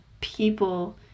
people